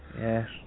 Yes